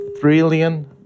trillion